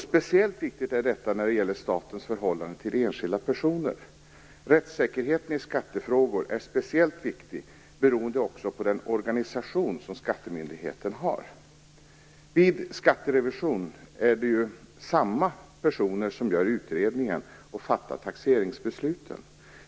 Speciellt viktigt är detta när det gäller statens förhållande till enskilda personer. Rättssäkerheten i skattefrågor är speciellt viktig beroende också på den organisation som skattemyndigheten har. Vid skatterevision är det samma människor som gör utredningar som fattar taxeringsbesluten.